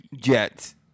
Jets